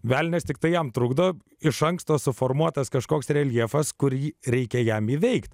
velnias tiktai jam trukdo iš anksto suformuotas kažkoks reljefas kurį reikia jam įveikti